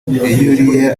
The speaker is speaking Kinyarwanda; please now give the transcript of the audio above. uriye